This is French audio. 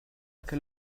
quelle